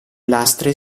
lastre